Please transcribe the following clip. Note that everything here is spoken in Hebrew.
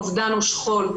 אובדן ושכול,